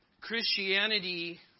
Christianity